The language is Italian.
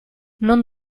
non